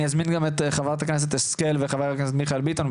אני אזמין גם את חברת הכנסת שרן השכל וחבר הכנסת מיכאל ביטון,